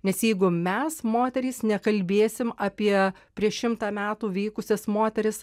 nes jeigu mes moterys nekalbėsim apie prieš šimtą metų vykusias moteris